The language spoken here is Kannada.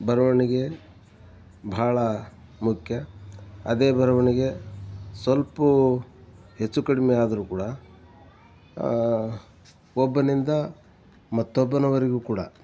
ಬರವಣ್ಗೆ ಬಹಳ ಮುಖ್ಯ ಅದೇ ಬರವಣಿಗೆ ಸೊಲ್ಪ ಹೆಚ್ಚು ಕಡ್ಮೆ ಆದರೂ ಕೂಡ ಒಬ್ಬನಿಂದ ಮತ್ತೊಬ್ಬನವರೆಗೂ ಕೂಡ